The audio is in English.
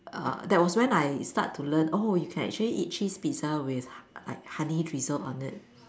uh that was when I start to learn oh you can actually eat cheese Pizza with like honey drizzled on it